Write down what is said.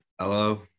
Hello